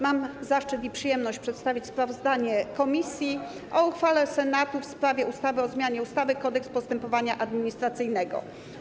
Mam zaszczyt i przyjemność przedstawić sprawozdanie komisji o uchwale Senatu w sprawie ustawy o zmianie ustawy - Kodeks postępowania administracyjnego.